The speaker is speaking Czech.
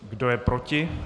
Kdo je proti?